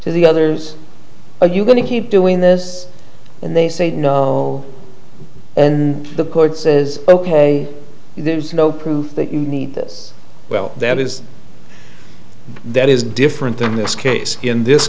to the others are you going to keep doing this and they say no and the court says ok there's no proof that you need this well that is that is different in this case in this